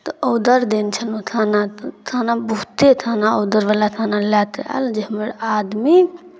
तऽ ऑर्डर देल छलहुँ थाना तऽ थाना बहुते थाना ऑर्डरवला थाना लए तऽ आयल जे हमर आदमी